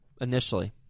initially